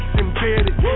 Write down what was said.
embedded